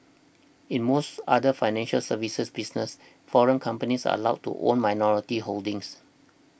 in most other financial services businesses foreign companies are allowed to own minority holdings